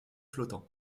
flottants